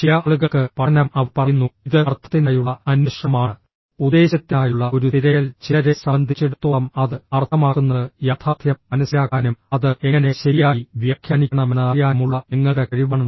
ചില ആളുകൾക്ക് പഠനം അവർ പറയുന്നു ഇത് അർത്ഥത്തിനായുള്ള അന്വേഷണമാണ് ഉദ്ദേശ്യത്തിനായുള്ള ഒരു തിരയൽ ചിലരെ സംബന്ധിച്ചിടത്തോളം അത് അർത്ഥമാക്കുന്നത് യാഥാർത്ഥ്യം മനസിലാക്കാനും അത് എങ്ങനെ ശരിയായി വ്യാഖ്യാനിക്കണമെന്ന് അറിയാനുമുള്ള നിങ്ങളുടെ കഴിവാണ്